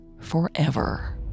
forever